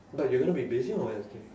but you're gonna be busy on wednesday